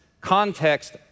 Context